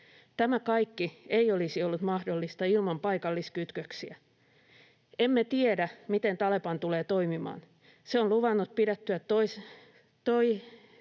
Tämä kaikki ei olisi ollut mahdollista ilman paikalliskytköksiä. Emme tiedä, miten Taleban tulee toimimaan. Se on luvannut pidättäytyä toisenlaista